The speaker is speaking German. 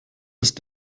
ist